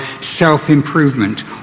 self-improvement